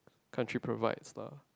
country provides lah